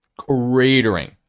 cratering